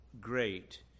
great